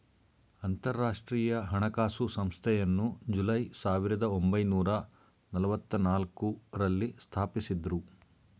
ಅಂತರಾಷ್ಟ್ರೀಯ ಹಣಕಾಸು ಸಂಸ್ಥೆಯನ್ನು ಜುಲೈ ಸಾವಿರದ ಒಂಬೈನೂರ ನಲ್ಲವತ್ತನಾಲ್ಕು ರಲ್ಲಿ ಸ್ಥಾಪಿಸಿದ್ದ್ರು